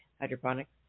Hydroponics